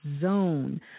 zone